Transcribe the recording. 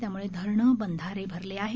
त्याम्ळे धरणे बंधारे भरले आहेत